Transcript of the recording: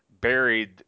buried